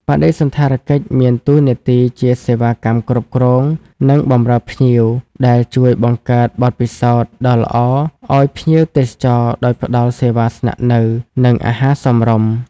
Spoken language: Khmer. បដិសណ្ឋារកិច្ចមានតួនាទីជាសេវាកម្មគ្រប់គ្រង និងបម្រើភ្ញៀវ ដែលជួយបង្កើតបទពិសោធន៍ដ៏ល្អឲ្យភ្ញៀវទេសចរដោយផ្តល់សេវាស្នាក់នៅ និងអាហារសមរម្យ។